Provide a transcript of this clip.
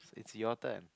it's your turn